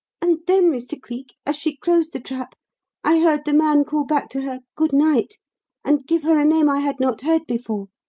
and then, mr. cleek, as she closed the trap i heard the man call back to her good night and give her a name i had not heard before.